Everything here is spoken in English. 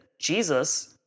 Jesus